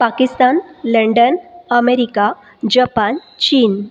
Pakistan London America Japan चीन